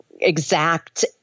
exact